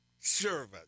servant